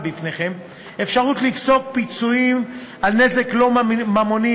בפניכם אפשרות לפסוק פיצויים על נזק לא ממוני,